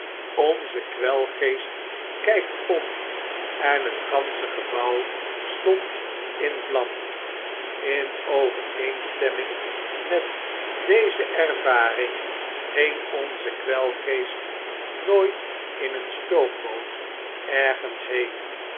onze kwelgeest kgkt om en het gansche gebouw stond in vlam in overeenstemming met deze ervaringen ging onze kwelgeest nooit in een stoomboot ergens heen